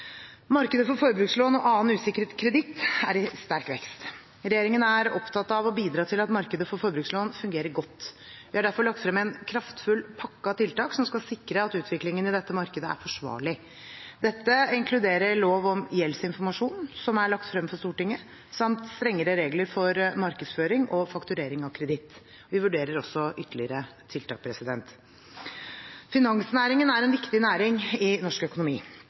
Markedet for forbrukslån og annen usikret kreditt er i sterk vekst. Regjeringen er opptatt av å bidra til at markedet for forbrukslån fungerer godt. Det er derfor lagt frem en kraftfull pakke av tiltak som skal sikre at utviklingen i dette markedet er forsvarlig. Dette inkluderer lov om gjeldsinformasjon, som er lagt frem for Stortinget, samt strengere regler for markedsføring og fakturering av kreditt. Vi vurderer også ytterligere tiltak. Finansnæringen er en viktig næring i norsk økonomi.